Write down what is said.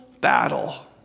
battle